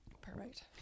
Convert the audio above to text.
Perfect